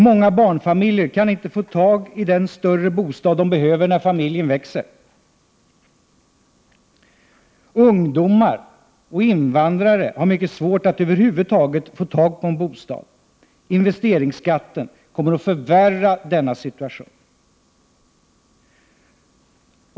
Många barnfamiljer kan inte få tag på den större bostad som de behöver när familjen växer. Ungdomar och invandrare har mycket svårt att över huvud taget få en bostad. Investeringsskatten kommer att förvärra denna situation.